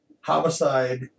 homicide